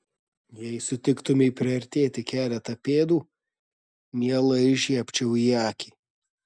jei sutiktumei priartėti keletą pėdų mielai žiebčiau į akį